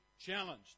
challenged